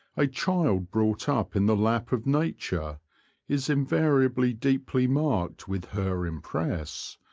a child brought up in the lap of nature is invariably deeply marked with her impress,